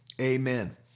amen